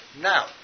Now